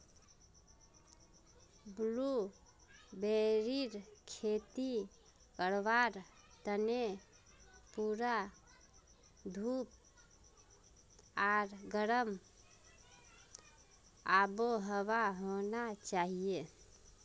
ब्लूबेरीर खेती करवार तने पूरा धूप आर गर्म आबोहवा होना चाहिए